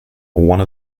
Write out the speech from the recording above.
one